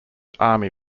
army